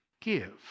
give